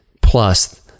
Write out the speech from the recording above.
Plus